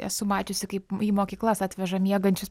esu mačiusi kaip į mokyklas atveža miegančius praktiškai